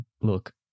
look